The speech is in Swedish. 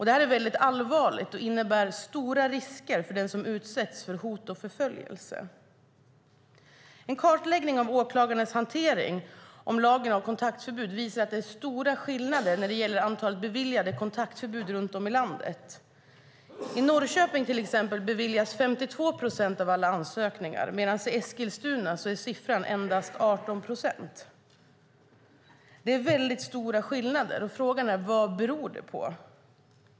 Detta är mycket allvarligt och innebär stora risker för den som utsätts för hot och förföljelse. En kartläggning av åklagarnas hantering av lagen om kontaktförbud visar att det är stora skillnader när det gäller antalet beviljade kontaktförbud runt om i landet. I till exempel Norrköping beviljas 52 procent av alla ansökningar, men i Eskilstuna beviljas endast 18 procent av ansökningarna. Det är mycket stora skillnader. Frågan är vad det beror på.